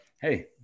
hey